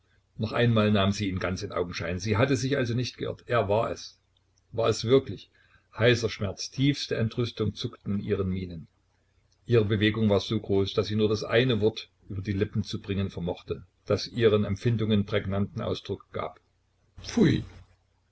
noch einmal nahm sie ihn ganz in augenschein sie hatte sich also nicht geirrt er war es war es wirklich heißer schmerz tiefste entrüstung zuckten in ihren mienen ihre bewegung war so groß daß sie nur das eine wort über die lippen zu bringen vermochte das ihren empfindungen prägnanten ausdruck gab